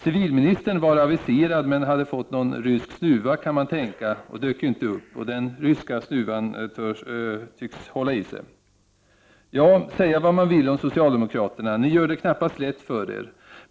Civilministern var aviserad men hade fått en rysk snuva, kan man tänka, och dök inte upp. Den ryska snuvan tycks hålla i sig. Ja, säga vad man vill om socialdemokraterna — ni gör det knappast lätt för er!